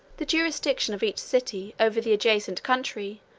the jurisdiction of each city over the adjacent country,